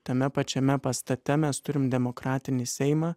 tame pačiame pastate mes turim demokratinį seimą